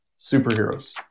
superheroes